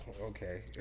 okay